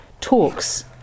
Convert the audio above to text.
talks